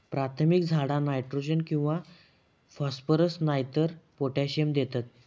प्राथमिक झाडा नायट्रोजन किंवा फॉस्फरस नायतर पोटॅशियम देतत